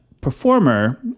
performer